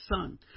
son